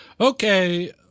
Okay